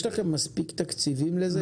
יש לכם מספיק תקציבים לזה?